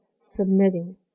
submitting